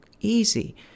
easy